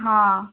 ହଁ